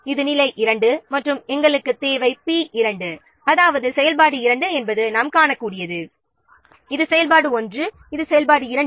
இது நிலை 2 மற்றும் எங்களுக்கு தேவையான பி 2 அதாவது செயல்பாடு 2 என்பது நாம் காணக்கூடியது இது செயல்பாடு 1 இது செயல்பாடு 2